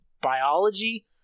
biology